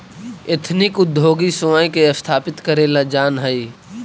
ethnic उद्योगी स्वयं के स्थापित करेला जानऽ हई